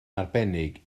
arbennig